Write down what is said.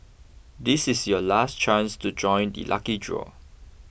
this is your last chance to join the lucky draw